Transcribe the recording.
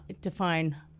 define